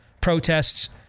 protests